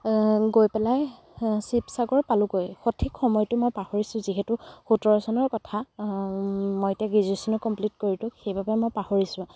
গৈ পেলাই শিৱসাগৰ পালোগৈ সঠিক সময়টো মই পাহৰিছোঁ যিহেতু সোতৰ চনৰ কথা মই এতিয়া গ্ৰেজ্যুৱেশ্যনো কমপ্লিট কৰিলোঁ সেই বাবে মই পাহৰিছোঁ